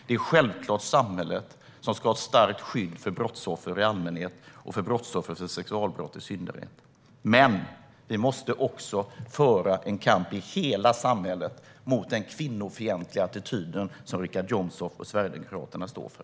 Det är självklart att samhället ska ha ett starkt skydd för brottsoffer i allmänhet och för brottsoffer för sexualbrott i synnerhet. Men vi måste också föra en kamp i hela samhället mot den kvinnofientliga attityd som Richard Jomshof och Sverigedemokraterna står för.